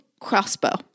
Crossbow